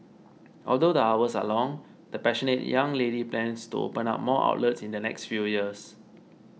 although the hours are long the passionate young lady plans to open up more outlets in the next few years